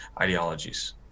ideologies